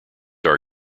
are